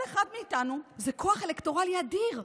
כל אחד מאיתנו זה כוח אלקטוראלי אדיר,